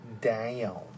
down